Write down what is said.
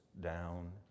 down